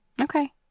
Okay